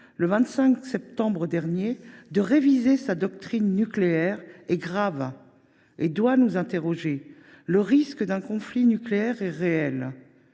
le 25 septembre dernier, de réviser sa doctrine nucléaire est grave et doit nous interroger. Le risque d’un conflit nucléaire est réel.